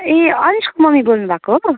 ए अनिसको मम्मी बोल्नुभएको हो